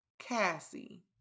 Cassie